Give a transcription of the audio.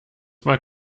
mal